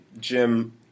Jim